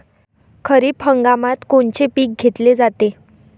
खरिप हंगामात कोनचे पिकं घेतले जाते?